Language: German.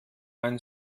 mein